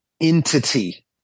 entity